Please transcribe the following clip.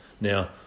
Now